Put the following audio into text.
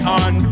on